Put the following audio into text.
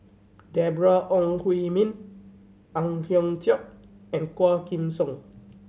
Deborah Ong Hui Min Ang Hiong Chiok and Quah Kim Song